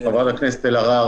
חברת הכנסת אלהרר,